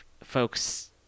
folks